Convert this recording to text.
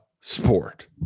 Sport